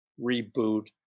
reboot